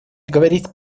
говорить